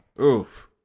Oof